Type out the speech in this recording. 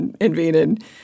invaded